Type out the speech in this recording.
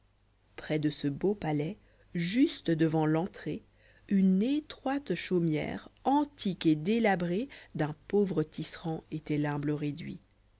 près de ce beau palais juste devant l'entrée une étroite chaumière antique et délabrée d'un pauvre tisserand étoit l'humble réduit